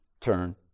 turn